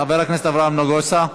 חבר הכנסת אברהם נגוסה,